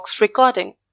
recording